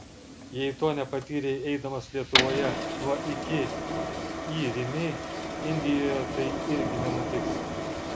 jei to nepatyrei eidamas lietuvoje nuo iki į rimi indijoje tai irgi nenutiks